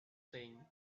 saying